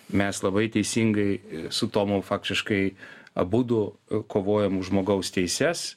mes labai teisingai su tomu faktiškai abudu kovojom už žmogaus teises